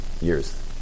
years